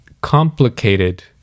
complicated